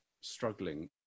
struggling